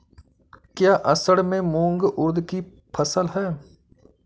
क्या असड़ में मूंग उर्द कि फसल है?